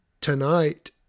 tonight